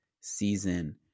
season